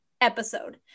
episode